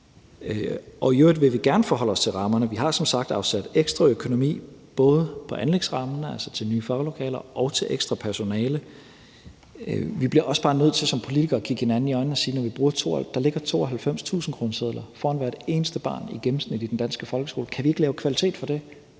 I øvrigt vil vi gerne forholde os til rammerne. Vi har som sagt afsat ekstra økonomi til anlægsrammen, altså til nye faglokaler, og til ekstra personale. Vi bliver også bare nødt til som politikere at kigge hinanden i øjnene og sige, at der ligger 92 tusindkronesedler foran hvert eneste barn i den danske folkeskole i gennemsnit. Kan vi ikke lave kvalitet for det?